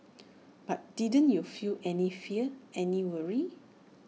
but didn't you feel any fear any worry